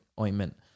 ointment